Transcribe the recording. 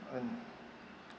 um